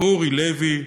אוּרי לוי,